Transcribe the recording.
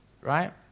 Right